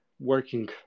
working